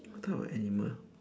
what type of animal